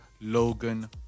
Logan